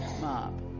mob